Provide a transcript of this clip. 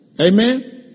Amen